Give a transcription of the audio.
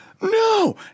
No